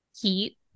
Heat